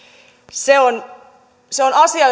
se on se on asia